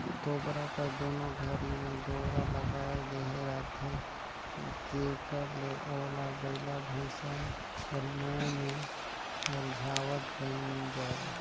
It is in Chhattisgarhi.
तोबरा कर दुनो घरी मे डोरा लगाए देहे रहथे जेकर ले ओला बइला भइसा कर मुंह मे अरझावत बइन जाए